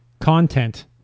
Content